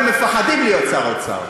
אתה כמו הרבה שמפחדים להיות שר אוצר.